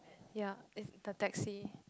ya it's the taxi